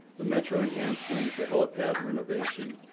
the metro enhancement, the helipad renovation,